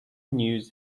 news